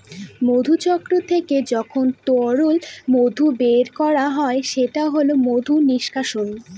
মধুচক্র থেকে যখন তরল মধু বের করা হয় সেটা হল মধু নিষ্কাশন